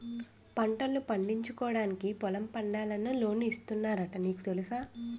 పంటల్ను పండించుకోవడానికి పొలం పండాలన్నా లోన్లు ఇస్తున్నారట నీకు తెలుసా?